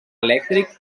elèctric